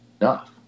enough